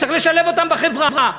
צריך לשלב אותם בחברה.